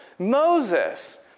Moses